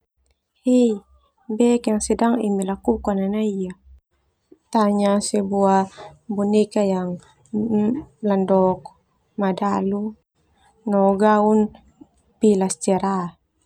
He, bek yang sedang emi lakukan ah nai ia, tanya sebuah boneka yang landok madalu no gaun pilas cerah.